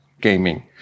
gaming